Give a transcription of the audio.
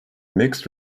mixed